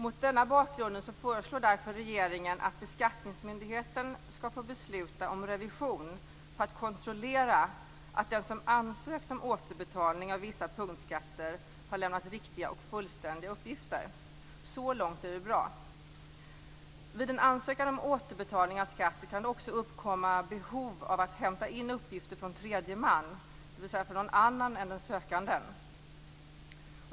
Mot denna bakgrund föreslår regeringen att beskattningsmyndigheten skall få besluta om revision för att kontrollera att den som ansökt om återbetalning av vissa punktskatter har lämnat riktiga och fullständiga uppgifter. Så långt är det bra. Vid en ansökan om återbetalning av skatt kan det också uppkomma behov av att hämta in uppgifter från tredje man, dvs. från någon annan än sökanden.